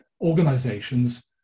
organizations